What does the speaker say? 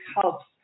helps